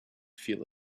feel